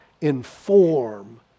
inform